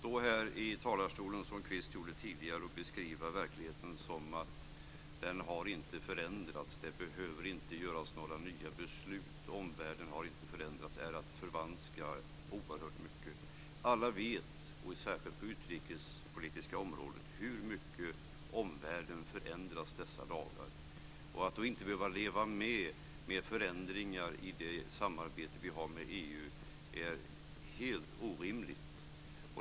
Att här i talarstolen, som Kvist gjorde tidigare, säga att omvärlden inte har förändrats och att det inte behöver fattas några nya beslut är att förvanska verkligheten oerhört. Alla vet, särskilt på det utrikespolitiska området, hur mycket omvärlden förändras dessa dagar. Att då inte leva med och godta förändringar i det samarbete vi har med EU är helt orimligt.